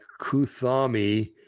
Kuthami